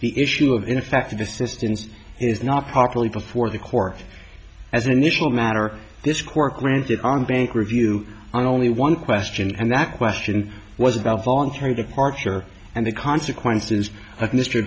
the issue of ineffective assistance is not properly before the court as an initial matter this court granted on bank review on only one question and that question was about voluntary departure and the consequences